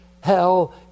Hell